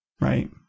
right